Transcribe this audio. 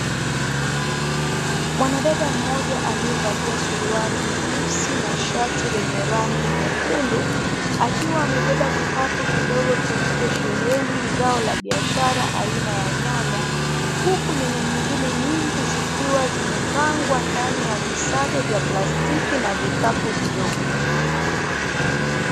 Mwanadada mmoja aliyevalia suruali nyeusi na shati lenye rangi nyekundu, akiwa amebeba kikapu kidogo kilichosheheni zao la biashara aina ya nyanya, huku nyanya nyingine nyingi zikiwa zimepangwa ndani ya visado vya plastiki na vikapu vidogo.